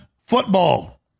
football